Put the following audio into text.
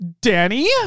Danny